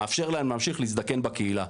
מאפשר להם להמשיך להזדקן בקהילה.